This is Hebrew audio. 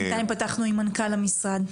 בינתיים פתחנו עם מנכ"ל המשרד.